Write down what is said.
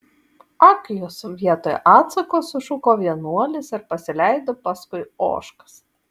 ak jūs vietoj atsako sušuko vienuolis ir pasileido paskui ožkas